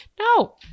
No